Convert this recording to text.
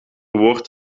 woord